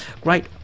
Great